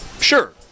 Sure